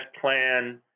plan